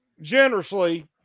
generously